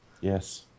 Yes